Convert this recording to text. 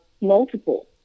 multiple